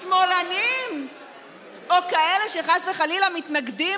שמאלנים או כאלה שחס וחלילה מתנגדים